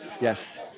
Yes